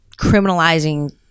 criminalizing